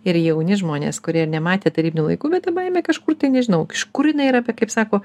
ir jauni žmonės kurie ir nematė tarybinių laikų bet baimė kažkur tai nežinau iš kur jinai yra kaip sako